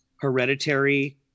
Hereditary